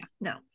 No